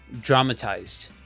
dramatized